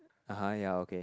(uh huh) ya okay